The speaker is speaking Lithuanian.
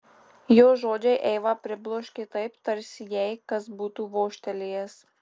jo žodžiai eivą pribloškė taip tarsi jai kas būtų vožtelėjęs